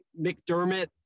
McDermott